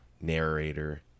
narrator